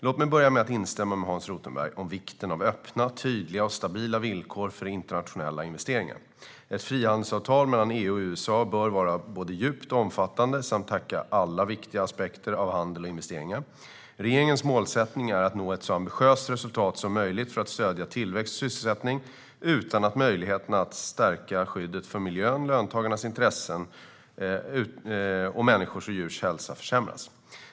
Låt mig börja med att instämma med Hans Rothenberg om vikten av öppna, tydliga och stabila villkor för internationella investeringar. Ett frihandelsavtal mellan EU och USA bör vara både djupt och omfattande samt täcka alla viktiga aspekter av handel och investeringar. Regeringens målsättning är att nå ett så ambitiöst resultat som möjligt för att stödja tillväxt och sysselsättning utan att möjligheten att stärka skyddet för miljön, löntagarnas intressen och människors och djurs hälsa försämras.